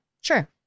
Sure